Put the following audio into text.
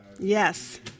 Yes